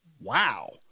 Wow